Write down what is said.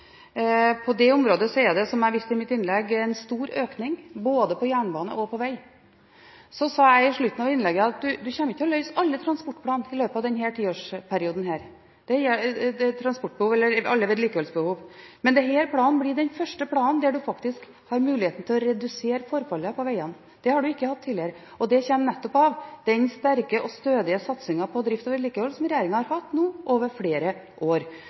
På dette området er det – som jeg viste til i mitt innlegg – en stor økning, både på jernbane og på vei. Så sa jeg i slutten av innlegget mitt at en ikke kommer til å løse alle vedlikeholdsbehovene i løpet av denne tiårsperioden. Men denne planen blir den første der en faktisk har mulighet til å redusere forfallet på veiene – det har en ikke hatt tidligere – og det kommer av den sterke og stødige satsingen på drift og vedlikehold som regjeringen nå har hatt over flere år,